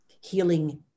healing